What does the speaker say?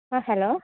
ആ ഹലോ